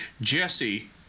Jesse